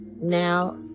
now